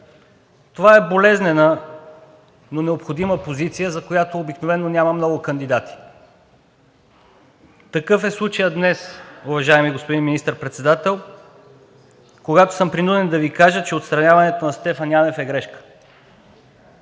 Това е болезнена, но необходима позиция, за която обикновено няма много кандидати. Такъв е случаят днес, уважаеми господин Министър-председател, когато съм принуден да Ви кажа, че отстраняването на Стефан Янев е грешка.